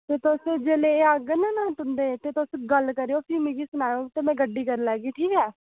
जे तुस जेल्लै एह् आह्ङन ना तुंदे ते तुस गल्ल करेओ ते मिगी सनाएओ में गड्डी करी लैगी ठीक ऐ